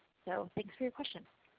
so thanks for your question.